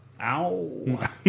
Ow